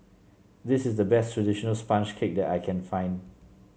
this is the best traditional sponge cake that I can find